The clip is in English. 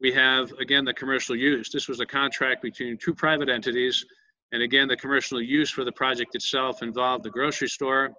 we have again the commercial use this was a contract between two private entities and again the commercial use for the project itself and bought the grocery store